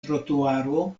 trotuaro